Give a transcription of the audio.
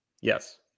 Yes